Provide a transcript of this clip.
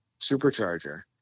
supercharger